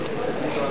נתקבלה.